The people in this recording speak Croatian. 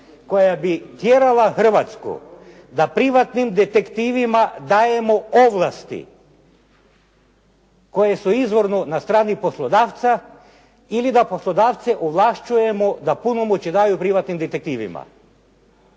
koja bi tjerala Hrvatsku da privatnim detektivima dajemo ovlasti koje su izvorno na strani poslodavca ili da poslodavce ovlašćujemo da punomoći daju privatnim detektivima.